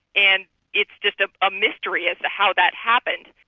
and it's just a ah mystery as to how that happened,